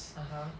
(uh huh)